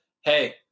hey